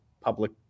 Public